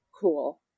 cool